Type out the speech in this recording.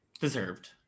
Deserved